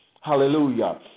Hallelujah